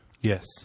yes